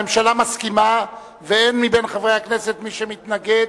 הממשלה מסכימה ואין מבין חברי הכנסת מי שמתנגד.